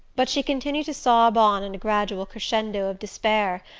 but she continued to sob on in a gradual crescendo of despair,